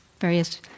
various